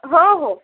हो हो